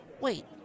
Wait